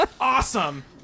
awesome